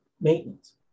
maintenance